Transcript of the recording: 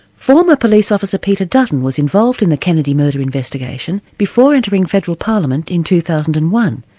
former police officer peter dutton was involved in the kennedy murder investigation before entering federal parliament in two thousand and one,